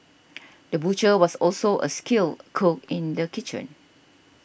the butcher was also a skilled cook in the kitchen